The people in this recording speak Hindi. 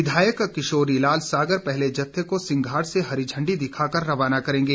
विधायक किशोरीलाल सागर पहले जत्थे को सिंघाड़ से हरी झंडी दिखाकर रवाना करेंगे